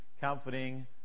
comforting